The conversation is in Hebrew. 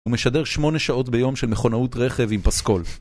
הוא משדר 8 שעות ביום של מכונאות רכב עם פסקול